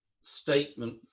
statement